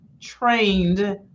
trained